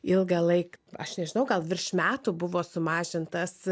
ilgą laik aš nežinau gal virš metų buvo sumažintas